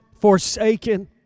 forsaken